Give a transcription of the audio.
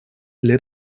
для